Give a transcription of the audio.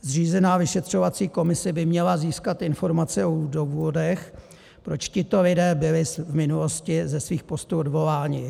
Zřízená vyšetřovací komise by měla získat informace o důvodech, proč tito lidé byli v minulosti ze svých postů odvoláni.